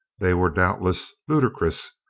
they were doubtless ludi crous,